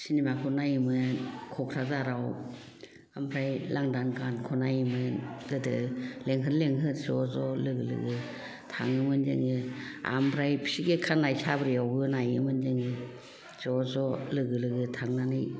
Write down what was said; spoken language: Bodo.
सिनिमाखौ नायोमोन क'क्राझाराव ओमफ्राय लांदां गानखौ नायोमोन गोदो लेंहोर लेंहोर ज' ज' लोगो लोगो थाङोमोन जोङो ओमफ्राय बिसिगि खानाय साब्रियावबो नायोमोन जोङो ज' ज' लोगो लोगो थांनानै